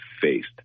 faced